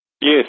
Yes